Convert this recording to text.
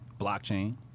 Blockchain